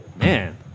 Man